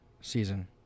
season